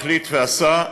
"החליט" ו"עשה",